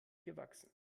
gewachsen